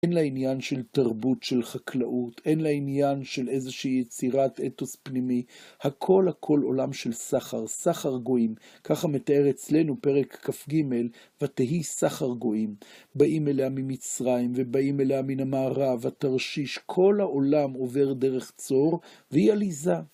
אין להעניין של תרבות, של חקלאות. אין לה עניין של איזושהי יצירת אתוס פנימי. הכל הכל עולם של סחר, סחר גויים. ככה מתאר אצלנו פרק כ"ג: "ותהי סחר גויים". באים אליה ממצרים, ובאים אליה מן המערב, התרשיש, כל העולם עובר דרך צור, והיא עליזה.